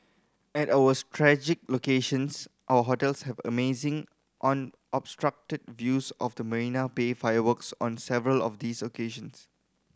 at our strategic locations our hotels have amazing unobstructed views of the Marina Bay fireworks on several of these occasions